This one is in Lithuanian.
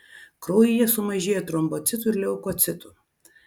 kraujyje sumažėja trombocitų ir leukocitų